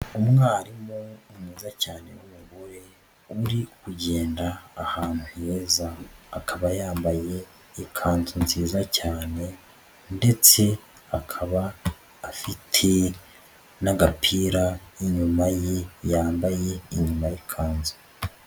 Umwarimu mwiza cyane w'umugore uri kugenda ahantu heza, akaba yambaye ikanzu nziza cyane ndetse akaba afite n'agapira inyuma ye yambaye inyuma y'ikanzu.